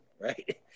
right